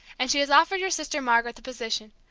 and she has offered your sister margaret the position.